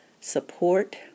support